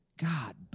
God